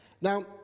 Now